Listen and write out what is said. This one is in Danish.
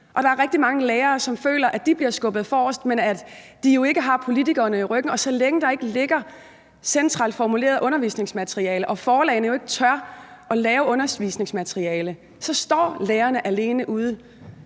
at der er rigtig mange lærere, som føler, at de bliver skubbet forrest, men at de jo ikke har politikerne i ryggen. Og så længe der ikke ligger centralt formuleret undervisningsmateriale og forlagene ikke tør at lave undervisningsmateriale, så står lærerne alene ude